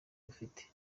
bufite